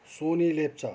Sony Lepcha